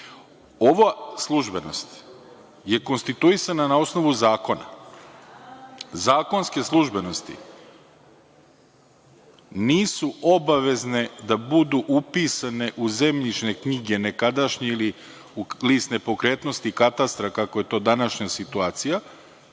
službenost je konstituisana na osnovu zakona. Zakonske službenosti nisu obavezne da budu upisane u nekadašnje zemljišne knjige ili u list nepokretnosti katastra, kako je to današnja situacija,